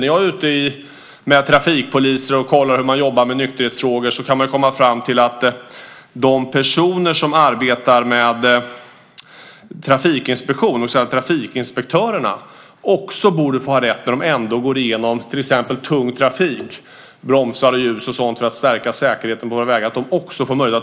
När jag är ute med trafikpoliser och kollar hur man jobbar med nykterhetsfrågor ser jag att man kan komma fram till att de personer som arbetar med trafikinspektion, det vill säga trafikinspektörerna, också borde få ha rätt och möjlighet att ta ett alkoholutandningsprov. De går ju ändå igenom till exempel tung trafik, bromsar och ljus och sådant för att stärka säkerheten på våra vägar.